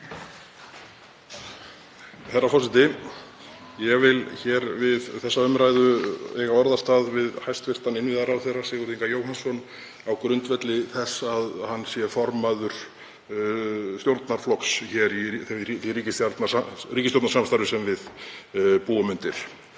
Herra forseti. Ég vil við þessa umræðu eiga orðastað við hæstv. innviðaráðherra Sigurð Inga Jóhannsson á grundvelli þess að hann er formaður stjórnarflokks í því ríkisstjórnarsamstarfi sem við búum við.